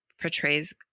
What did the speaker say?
portrays